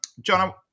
John